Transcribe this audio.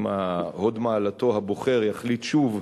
אם הוד מעלתו הבוחר יחליט שוב,